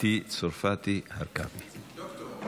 דוקטור.